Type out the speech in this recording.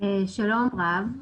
שלום רב.